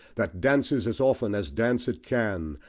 that dances as often as dance it can,